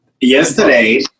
Yesterday